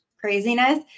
craziness